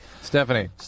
Stephanie